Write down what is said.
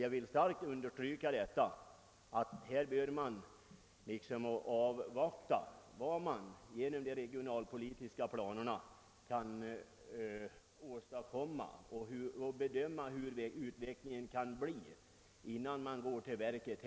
Jag vill kraftigt understryka att man här bör avvakta vad som kan åstadkommas genom de regionalpolitiska planerna och bedöma hur utvecklingen kan komma att te sig innan man går till verket.